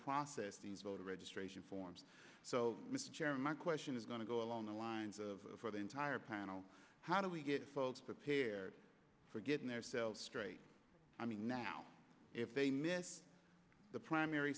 process these voter registration forms so mr chairman my question is going to go along the lines of for the entire panel how do we get folks prepare for getting their selves straight i mean now if they miss the primary